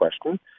question